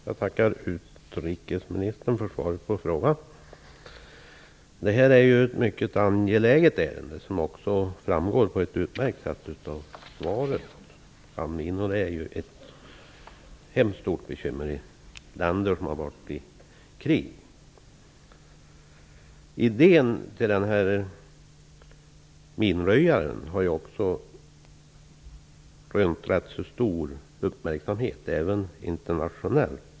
Fru talman! Jag tackar utrikesministern för svaret på frågan. Det är ett mycket angeläget ärende, vilket också framgår på ett utmärkt sätt av svaret. Landminor är ett hemskt stort bekymmer i länder som har varit i krig. Idén till minröjaren har rönt rätt stor uppmärksamhet, även internationellt.